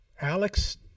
Alex